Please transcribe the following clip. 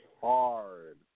hard